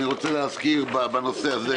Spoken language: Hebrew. אני רוצה להזכיר בנושא הזה,